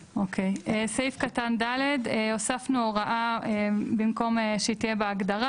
סעיף קטן (ד) הוספנו הוראה במקום שהיא תהיה בהגדרה.